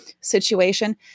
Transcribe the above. situation